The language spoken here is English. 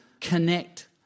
connect